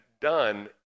done